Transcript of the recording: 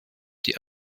die